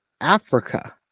Africa